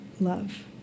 love